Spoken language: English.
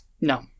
No